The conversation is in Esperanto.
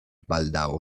baldaŭ